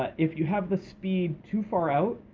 ah if you have the speed too far out,